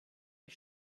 ich